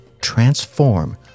transform